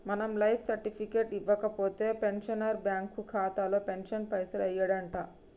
మనం life certificate ఇవ్వకపోతే pensioner bank ఖాతాలో పెన్షన్ పైసలు యెయ్యడంట